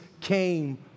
came